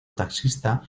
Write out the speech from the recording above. taxista